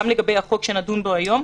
גם לגבי החוק שנדון בו היום,